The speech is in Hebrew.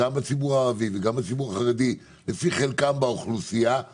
שינוי גם בציבור הערבי וגם בציבור החרדי לפי חלקם באוכלוסייה,